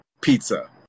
Pizza